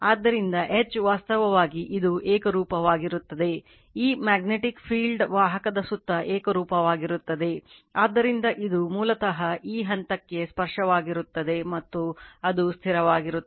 ಆದ್ದರಿಂದ H ವಾಸ್ತವವಾಗಿ ಇದು ಏಕರೂಪವಾಗಿರುತ್ತದೆ ಈ ಮ್ಯಾಗ್ನೆಟಿಕ್ ಫೀಲ್ಡ್ ವಾಹಕದ ಸುತ್ತ ಏಕರೂಪವಾಗಿರುತ್ತದೆ ಆದ್ದರಿಂದ ಇದು ಮೂಲತಃ ಈ ಹಂತಕ್ಕೆ ಸ್ಪರ್ಶವಾಗಿರುತ್ತದೆ ಮತ್ತು ಅದು ಸ್ಥಿರವಾಗಿರುತ್ತದೆ